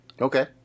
Okay